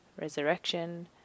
resurrection